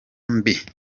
mbi